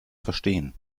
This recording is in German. verstehen